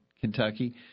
Kentucky